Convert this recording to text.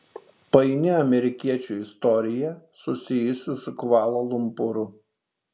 paini amerikiečio istorija susijusi su kvala lumpūru